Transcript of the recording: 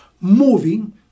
Moving